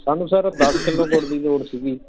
ਸਾਨੂੰ ਸਰ ਦਸ ਕਿਲੋ ਗੁੜ ਦੀ ਲੋੜ ਸੀਗੀ